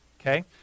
okay